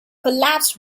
collapsed